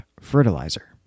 fertilizer